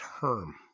term